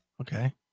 Okay